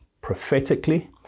prophetically